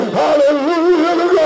hallelujah